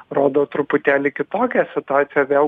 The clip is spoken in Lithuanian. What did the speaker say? rodo truputėlį kitokią situaciją vėl